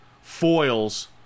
foils